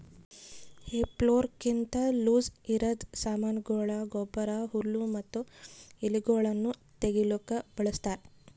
ಹೇ ಫೋರ್ಕ್ಲಿಂತ ಲೂಸಇರದ್ ಸಾಮಾನಗೊಳ, ಗೊಬ್ಬರ, ಹುಲ್ಲು ಮತ್ತ ಎಲಿಗೊಳನ್ನು ತೆಗಿಲುಕ ಬಳಸ್ತಾರ್